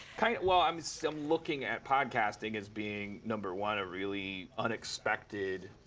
kind of well, i'm so looking at podcasting as being, number one, a really unexpected